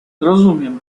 rozumiem